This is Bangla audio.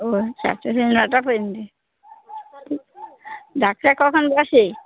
ও আচ্ছা আচ্ছা নটা পর্যন্ত ডাক্তার কখন বসে